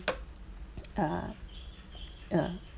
uh uh